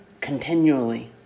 continually